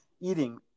eating